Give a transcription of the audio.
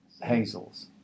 hazels